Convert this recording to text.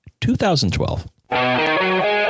2012